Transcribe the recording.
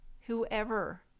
whoever